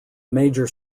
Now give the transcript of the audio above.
major